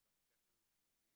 הוא גם לוקח לנו את המבנה.